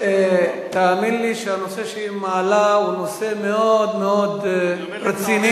תאמין לי שהנושא שהיא מעלה הוא נושא מאוד מאוד רציני,